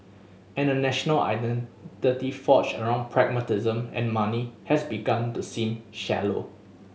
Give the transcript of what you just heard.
and a national identity forged around pragmatism and money has begun to seem shallow